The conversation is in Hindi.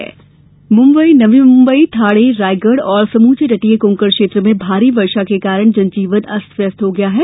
बारिश मुम्बई नवी मुम्बई ठाणे रायगढ़ और समूचे तटीय कोंकण क्षेत्र में भारी वर्षा के कारण जनजीवन अस्त व्यस्त हो गया है